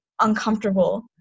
uncomfortable